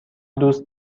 دوست